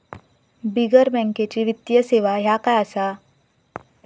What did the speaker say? बिगर बँकेची वित्तीय सेवा ह्या काय असा?